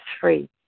free